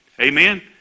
Amen